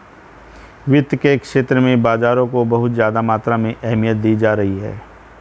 वित्त के क्षेत्र में बाजारों को बहुत ज्यादा मात्रा में अहमियत दी जाती रही है